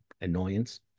annoyance